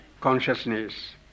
consciousness